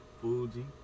Fuji